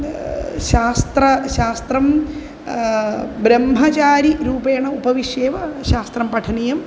शास्त्रं शास्त्रं ब्रह्मचारिरूपेण उपविश्य एव शास्त्रं पठनीयम्